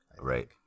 Right